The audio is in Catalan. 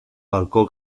balcó